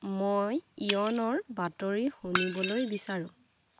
মই ইয়নৰ বাতৰি শুনিবলৈ বিচাৰোঁ